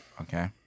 Okay